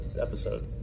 episode